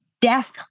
death